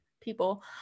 people